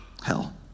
Hell